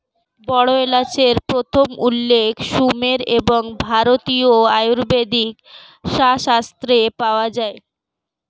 বড় এলাচের প্রথম উল্লেখ সুমের এবং ভারতীয় আয়ুর্বেদিক শাস্ত্রে পাওয়া যায়